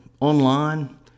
online